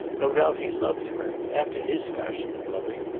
no doubt he loved her after his fashion of loving.